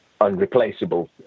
unreplaceable